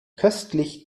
köstlich